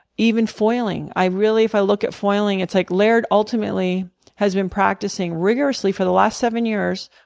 even foiling. i really if i look at foiling, it's like laird ultimately has been practicing rigorously for the last seven years,